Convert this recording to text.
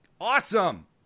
Awesome